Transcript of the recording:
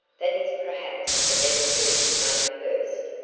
that is perhaps the best move to make first.